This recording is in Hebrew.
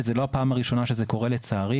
שזו לא הפעם הראשונה שזה קורה לצערי,